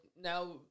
now